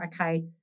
okay